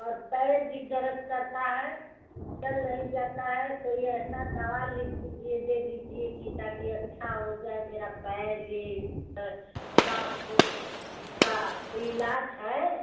और पैर भी दर्द करता है चल नहीं जाता है कोई ऐसा दवा लिख दीजिए दे दीजिए कि ताकि अच्छा हो जाए मेरा पैर यह साँस ओस इसका कोई इलाज है